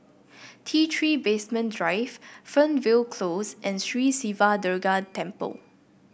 T Three Basement Drive Fernvale Close and Sri Siva Durga Temple